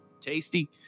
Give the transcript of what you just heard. tasty